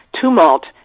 tumult